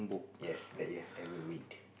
yes that you have ever read